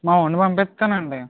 మావాన్ని పంపిస్తాను అండి